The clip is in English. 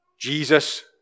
Jesus